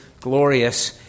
glorious